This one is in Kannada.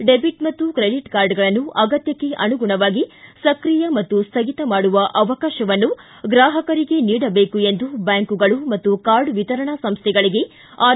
ಡೆಬಿಟ್ ಮತ್ತು ಕ್ರೆಡಿಟ್ ಕಾರ್ಡ್ಗಳನ್ನು ಅಗತ್ವಕ್ಷೆ ಅನುಗುಣವಾಗಿ ಸಕ್ರಿಯ ಮತ್ತು ಸ್ವಗಿತ ಮಾಡುವ ಅವಕಾಶವನ್ನು ಗ್ರಾಹಕರಿಗೆ ನೀಡಬೇಕು ಎಂದು ಬ್ಯಾಂಕುಗಳು ಮತ್ತು ಕಾರ್ಡ್ ವಿತರಣಾ ಸಂಸ್ಥೆಗಳಿಗೆ ಆರ್